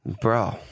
bro